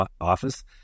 office